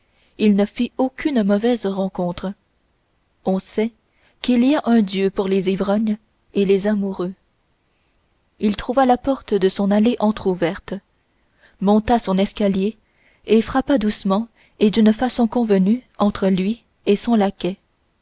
il ne fit aucune mauvaise rencontre on sait qu'il y a un dieu pour les ivrognes et les amoureux il trouva la porte de son allée entrouverte monta son escalier et frappa doucement et d'une façon convenue entre lui et son laquais